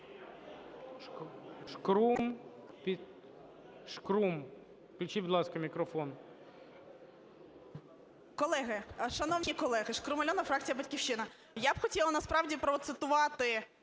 Шкрум. Включіть, будь ласка, мікрофон.